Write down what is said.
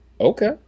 Okay